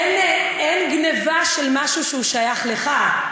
אין גנבה של משהו שהוא שייך לך.